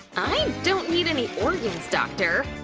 i don't need any organs, doctor!